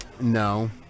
No